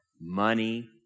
money